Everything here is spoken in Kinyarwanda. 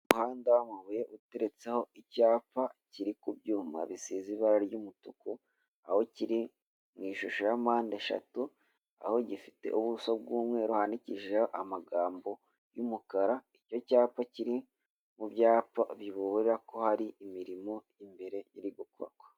Umuhanda w'amabuye uteretseho icyapa kiri ku byuma bisize ibara ry'umutuku, aho kiri mu ishusho ya mpande eshatu, aho gifite ubuso bw'umweru, bwandikishije amagambo y'umukara icyo cyapa kiri mu byapa bibura ko hari imirimo imbere iri gukorwa.